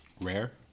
Rare